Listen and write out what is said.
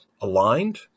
aligned